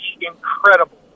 incredible